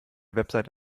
website